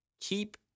Keep